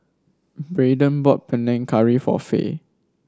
Brayden bought Panang Curry for Fay